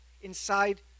inside